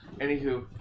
Anywho